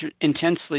intensely